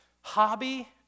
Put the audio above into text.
hobby